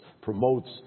promotes